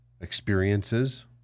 experiences